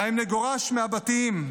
גם אם נגורש מהבתים,